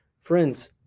Friends